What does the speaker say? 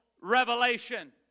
revelation